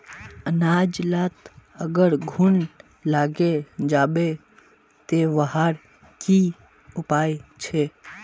अनाज लात अगर घुन लागे जाबे ते वहार की उपाय छे?